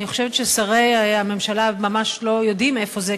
אני חושבת ששרי הממשלה ממש לא יודעים איפה זה.